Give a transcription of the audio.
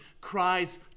cries